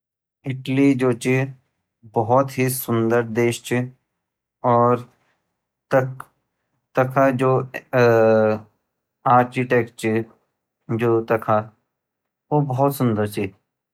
इटली जू ची बहुत ही सुन्दर देश ची और तखा जो आर्किटेक ची ऊ भोत ज़्यादा सुन्दर ची।